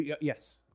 yes